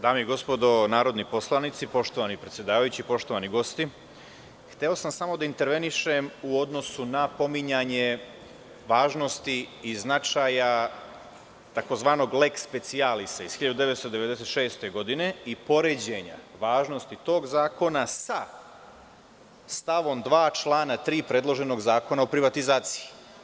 Dame i gospodo narodni poslanici, poštovani predsedavajući, poštovani gosti, hteo sam samo da intervenišem u odnosu na pominjanje važnosti i značaja tzv. leks specijalisa iz 1996. godine i poređenja važnosti tog zakona sa stavom 2. člana 3. predloženog zakona o privatizaciji.